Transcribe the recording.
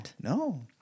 no